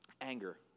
Anger